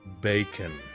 bacon